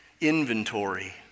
inventory